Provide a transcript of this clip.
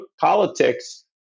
politics